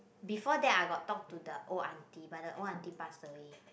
before that I got talk to the old auntie but the old auntie passed away